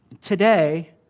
today